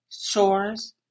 shores